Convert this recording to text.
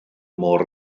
môr